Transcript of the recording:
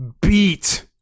beat